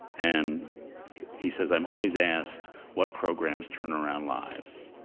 and he says, i'm always asked what programs turn around lives,